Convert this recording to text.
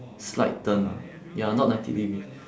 slight turn ah ya not ninety degrees